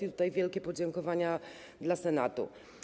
I tutaj wielkie podziękowania dla Senatu.